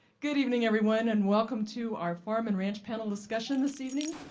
good evening everyone and welcome to our farm and ranch panel discussion this evening.